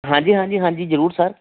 ਹਾਂਜੀ ਹਾਂਜੀ ਹਾਂਜੀ ਜ਼ਰੂਰ ਸਰ